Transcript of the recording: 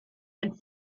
and